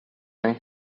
and